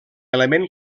element